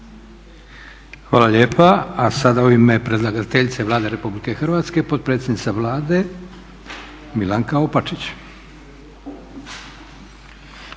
Hvala lijepa. A sada u ime predlagateljice Vlade Republike Hrvatske potpredsjednica Vlade Milanka Opačić.